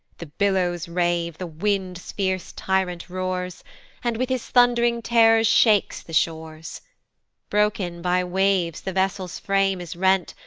the billows rave, the wind's fierce tyrant roars and with his thund'ring terrors shakes the shores broken by waves the vessel's frame is rent,